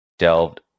delved